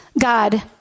God